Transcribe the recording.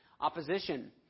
opposition